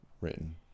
written